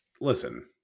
listen